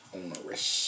onerous